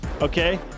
Okay